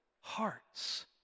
hearts